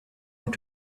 want